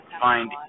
Find